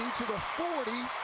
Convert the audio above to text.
to the forty.